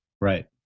right